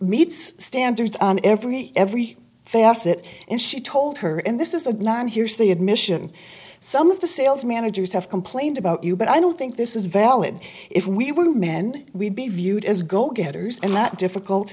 meets standards on every every facet and she told her and this is a line here's the admission some of the sales managers have complained about you but i don't think this is valid if we were men we'd be viewed as go getters and not difficult